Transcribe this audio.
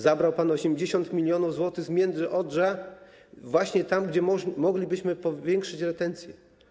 Zabrał pan 80 mln zł z Międzyodrza, właśnie tam, gdzie moglibyśmy powiększyć retencję.